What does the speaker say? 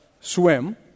swim